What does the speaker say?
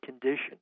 condition